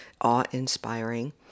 awe-inspiring